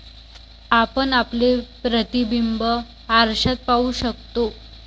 आपण आपले प्रतिबिंब आरशात पाहू शकतो